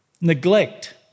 neglect